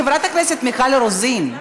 חברת הכנסת מיכל רוזין,